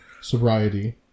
sobriety